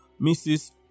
Mrs